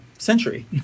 century